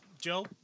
Joe